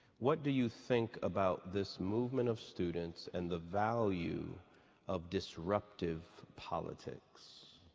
what do you think about this movement of students and the value of disruptive politics?